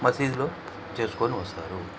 మసీదులో చేసుకుని వస్తారు